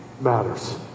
matters